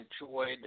enjoyed